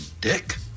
Dick